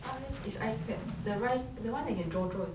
ipad